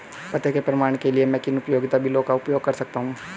पते के प्रमाण के लिए मैं किन उपयोगिता बिलों का उपयोग कर सकता हूँ?